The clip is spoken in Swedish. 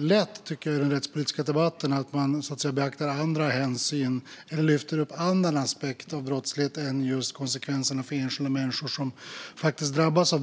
lätt att man i den rättspolitiska debatten beaktar andra hänsyn eller lyfter upp andra aspekter av brottslighet än konsekvenserna för de enskilda människor som drabbas.